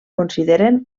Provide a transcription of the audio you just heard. consideren